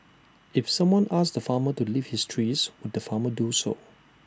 if someone asked the farmer to leave his trees would the farmer do so